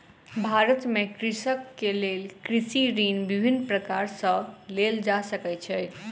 भारत में कृषकक लेल कृषि ऋण विभिन्न प्रकार सॅ लेल जा सकै छै